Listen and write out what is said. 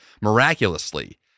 miraculously